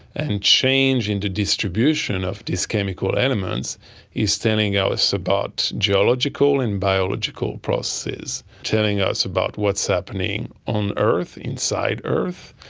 and change in the distribution of these chemical elements is telling ah us about geological and biological processes, telling us about what's happening on earth, inside earth,